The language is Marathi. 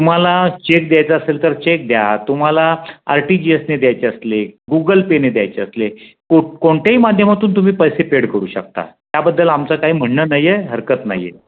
तुम्हाला चेक द्यायचा असेल तर चेक द्या तुम्हाला आर टी जी असने द्यायचे असले गूगल पेने द्यायचे असले कोण कोणत्याही माध्यमातून तुम्ही पैसे पेड करू शकता त्याबद्दल आमचा काही म्हणणं नाही आहे हरकत नाही आहे